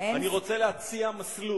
אני רוצה להציע מסלול,